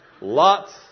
Lot's